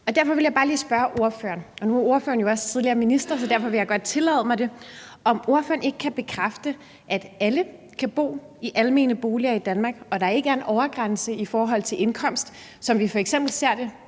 derfor vil jeg bare lige spørge ordføreren – og nu er ordføreren jo også tidligere minister, så derfor vil jeg tillade mig det – om ordføreren ikke kan bekræfte, at alle kan bo i almene boliger i Danmark, og at der ikke er en øvre grænse i forhold til indkomst, som vi ser det